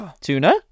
Tuna